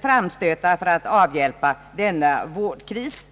framstötar för att avhjälpa vårdkrisen.